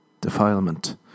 Defilement